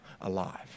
alive